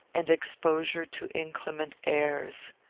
and exposure to inclement airs.